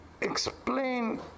explain